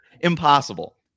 impossible